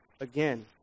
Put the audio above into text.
again